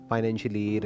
Financially